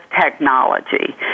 technology